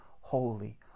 holy